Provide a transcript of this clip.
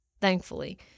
thankfully